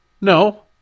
no